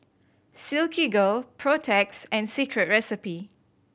Silkygirl Protex and Secret Recipe